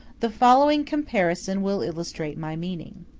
the following comparison will illustrate my meaning.